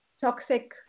toxic